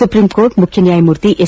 supreme court ಮುಖ್ಯ ನ್ಯಾಯಮೂರ್ತಿ S